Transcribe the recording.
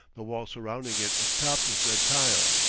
the wall surrounding it is topped with red tiles,